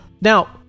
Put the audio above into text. Now